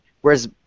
whereas